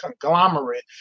conglomerate